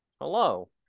Hello